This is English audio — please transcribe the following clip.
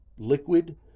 liquid